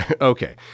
Okay